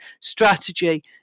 strategy